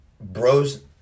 bros